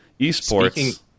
Esports